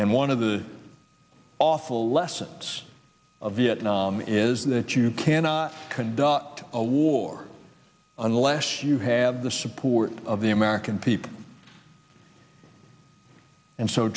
and one of the awful lessons of vietnam is that you cannot conduct a war unless you have the support of the american people and so